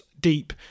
deep